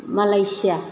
Malaysia